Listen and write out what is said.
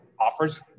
offers